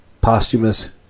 Posthumous